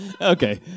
Okay